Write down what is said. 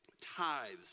Tithes